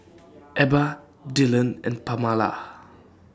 Ebba Dyllan and Pamala